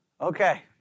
Okay